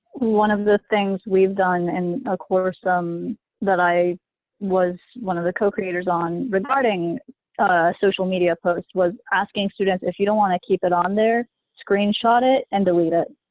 one of the things we've done in a course um that i was one of the co-creators on regarding social media posts was asking students if you don't want to keep it there screenshot it and delete it.